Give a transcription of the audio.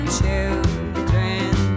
children